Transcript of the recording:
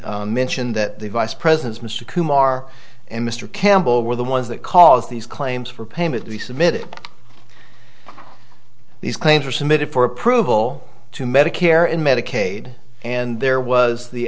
he mentioned that the vice president mr kumar and mr campbell were the ones that cause these claims for payment to be submitted these claims are submitted for approval to medicare and medicaid and there was the